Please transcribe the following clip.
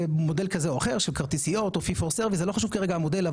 מודל כזה או אחר של כרטיסיות או FIFO או service זה לא חשוב כרגע המודל,